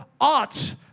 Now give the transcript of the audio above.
ought